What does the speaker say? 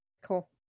Cool